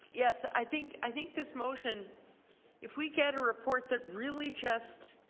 yes, i think i think this motion if we get a report that really just